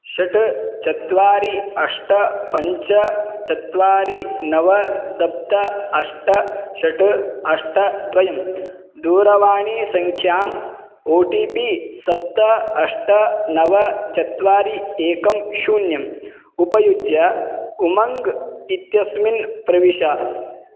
षट् चत्वारि अष्ट पञ्च चत्वारि नव सप्त अष्ट षट् अष्ट द्वयं दूरवाणीसङ्ख्याम् ओ टि पि सप्त अष्ट नव चत्वारि एकं शून्यम् उपयुज्य उमङ्ग् इत्यस्मिन् प्रविश